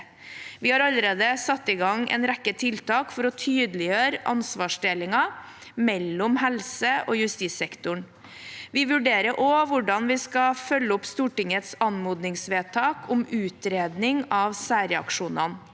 Vi har allerede satt i gang en rekke tiltak for å tydeliggjøre ansvarsdelingen mellom helse- og justissektoren. Vi vurderer også hvordan vi skal følge opp Stortingets anmodningsvedtak om utredning av særreaksjonene.